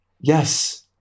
Yes